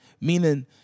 Meaning